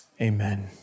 amen